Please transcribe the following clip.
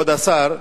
כבוד השר,